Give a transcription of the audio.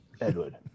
Edward